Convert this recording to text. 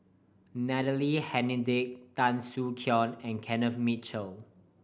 Natalie Hennedige Tan Soo Khoon and Kenneth Mitchell